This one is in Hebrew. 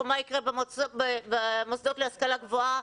מה יקרה במוסדות להשכלה גבוהה.